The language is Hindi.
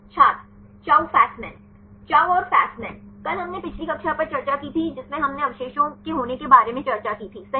छात्र चौ फस्मान चाउ और फ़ास्मन कल हमने पिछली कक्षा पर चर्चा की थी जिसमें हमने अवशेषों के होने के बारे में चर्चा की थी सही